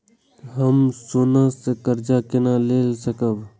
हम सोना से कर्जा केना लाय सकब?